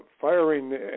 firing